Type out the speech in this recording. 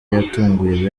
yatunguye